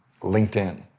LinkedIn